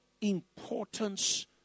importance